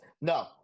No